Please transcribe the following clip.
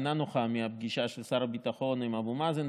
אינה נוחה מהפגישה של שר הביטחון עם אבו מאזן,